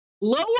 Lower